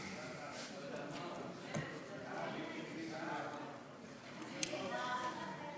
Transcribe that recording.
ההצעה להעביר את הצעת חוק הסעד